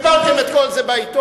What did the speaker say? קיבלתם את כל זה בעיתון,